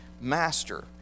Master